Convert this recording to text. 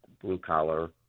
blue-collar